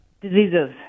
diseases